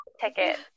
ticket